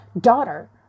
daughter